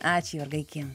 ačiū jurga iki